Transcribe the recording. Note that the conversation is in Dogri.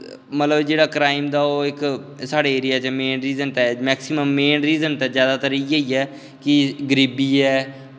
मतलब जेह्ड़े क्राईम दा ओह् इक साढ़े एरिया च main reason maximum main reason तां इ'यै गै ऐ कि गरीबी ऐ